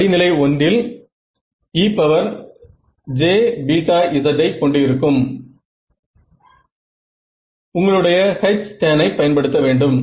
படிநிலை 1 இல் ejzஐ கொண்டு இருக்கும் உங்களுடைய Htan ஐ பயன்படுத்த வேண்டும்